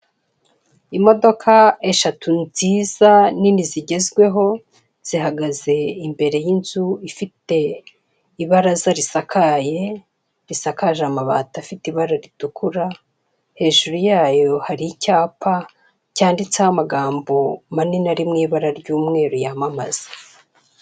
Imodoka eshatu nziza, nini zigezweho, zihagaze imbere y'inzu ifite ibaraza risakaye. Risakaje amabati afite ibara ritukura. Hejuru yayo hari icyapa cyanditseho amagambo manini ari mu ibara ry'umweru yamamaza.